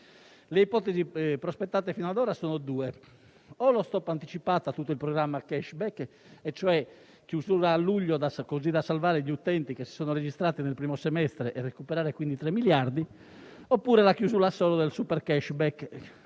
Le ipotesi prospettate fino ad ora sono due: lo *stop* anticipato a tutto il programma *cashback* e cioè chiusura a luglio, così da salvare gli utenti che si sono registrati nel primo semestre e recuperare quindi tre miliardi, oppure la chiusura solo del super *cashback*